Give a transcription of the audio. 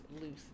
loose